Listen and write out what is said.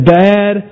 bad